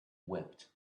wept